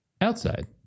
outside